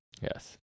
Yes